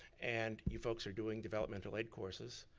and you folks are doing developmental light courses,